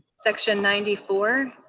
section ninety four,